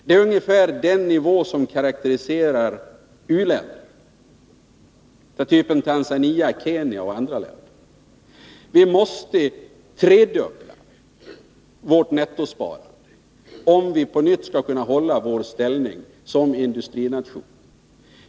Det är ungefär den nivå som karakteriserar u-länderna av typen Tanzania, Kenya och andra länder. Vi måste öka vårt nettosparande tre gånger så mycket om vi på nytt skall kunna hålla vår ställning som industrination.